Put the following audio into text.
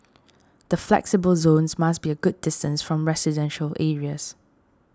the flexible zones must be a good distance from residential areas